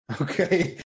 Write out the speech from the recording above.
Okay